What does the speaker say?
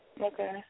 Okay